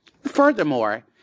Furthermore